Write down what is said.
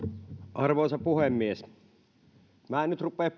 arvoisa puhemies minä en nyt rupea